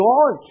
God